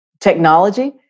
technology